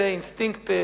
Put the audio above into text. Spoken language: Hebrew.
זה אינסטינקט,